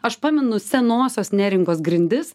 aš pamenu senosios neringos grindis